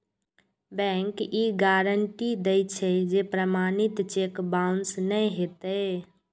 bank ई guarantee दै छै, जे प्रमाणित चेक बाउंस नै हेतै